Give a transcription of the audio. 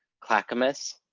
clackamas,